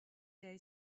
day